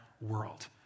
world